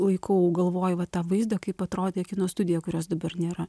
laikau galvoj va tą vaizdą kaip atrodė kino studija kurios dabar nėra